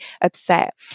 upset